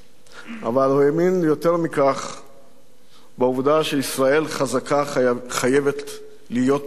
אבל הוא האמין יותר מכך בעובדה שישראל חזקה חייבת להיות מרתיעה,